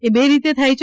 એ બે રીતે થાય છે